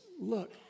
look